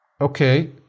okay